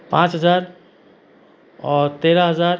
पांच हजार और तेरह हजार